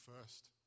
first